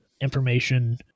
information